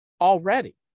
already